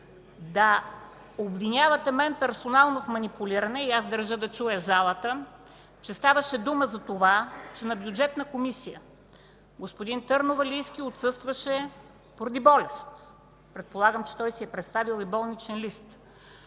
да обвинявате мен персонално в манипулиране, и аз държа да чуе залата, че ставаше дума за това, че на Бюджетна комисия господин Търновалийски отсъстваше поради болест. Предполагам, че той си е представил и болничен лист.